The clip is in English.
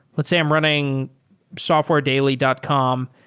let's say i'm running softwaredaily dot com